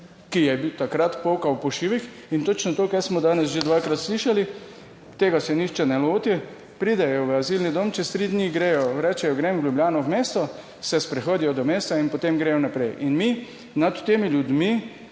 ki je takrat pokal po šivih in točno to, kar smo danes že dvakrat slišali, tega se nihče ne loti, pridejo v azilni dom, čez tri dni gredo, rečejo, grem v Ljubljano, v mesto, se sprehodijo do mesta in potem gredo naprej. In mi nad temi ljudmi,